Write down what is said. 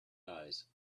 eyes